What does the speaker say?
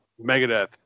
Megadeth